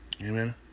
Amen